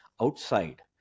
outside